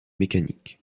mécanique